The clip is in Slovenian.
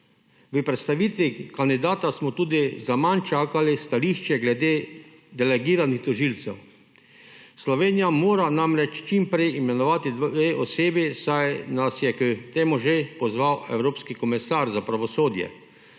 V predstavitvi kandidata smo tudi za manj čakali stališče glede delegiranih tožilcev. Slovenija mora namreč čim prej imenovati dve osebi, saj nas je k temu že pozval evropski komisar za pravosodje.